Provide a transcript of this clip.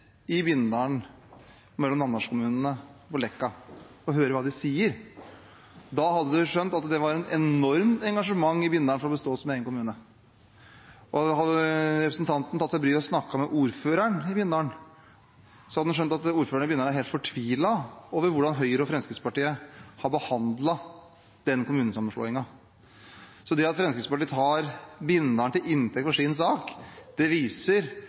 det er mellom Bindal og namdalskommunene med Leka, og høre hva de sier. Da hadde han skjønt at det var et enormt engasjement i Bindal for å bestå som egen kommune. Og hadde representanten tatt seg bryet og snakket med ordføreren i Bindal, hadde han skjønt at ordføreren i Bindal er helt fortvilet over hvordan Høyre og Fremskrittspartiet har behandlet den kommunesammenslåingen. Så det at Fremskrittspartiet tar Bindal til inntekt for sin sak, viser